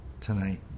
tonight